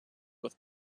with